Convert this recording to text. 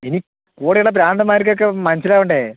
ഇനി കൂടെയുള്ള ഭ്രാന്തന്മാർക്കൊക്കെ മനസ്സിലാവണ്ടേ